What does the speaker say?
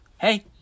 hey